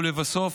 לבסוף,